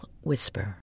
whisper